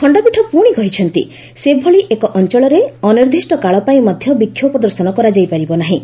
ଖଣ୍ଡପୀଠ ପୁଣି କହିଛନ୍ତି ସେଭଳି ଏକ ଅଞ୍ଚଳରେ ଅନିର୍ଦ୍ଦିଷ୍ଟକାଳ ପାଇଁ ମଧ୍ୟ ବିକ୍ଷୋଭ ପ୍ରଦର୍ଶନ କରାଯାଇ ପାରିବ ନାହିଁ